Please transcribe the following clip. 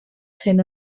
thin